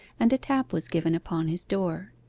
and a tap was given upon his door.